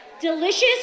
delicious